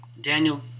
Daniel